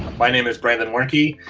my name is brandon warnke.